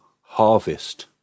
harvest